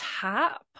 tap